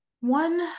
one